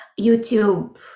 YouTube